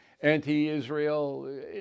anti-israel